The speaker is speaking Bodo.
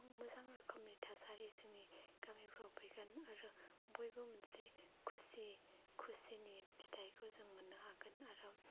मोजां रोखोमनि थासारि जोंनि गामिफ्राव फैगोन आरो बयबो मोनसे खुसि खुसिनि फिथाइखौ जों मोननो हागोन आरो